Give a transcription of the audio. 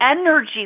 energy